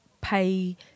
pay